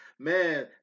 Man